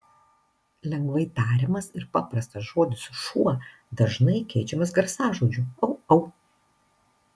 lengvai tariamas ir paprastas žodis šuo dažnai keičiamas garsažodžiu au au